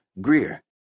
Greer